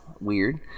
weird